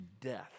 death